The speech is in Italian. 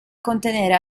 contenere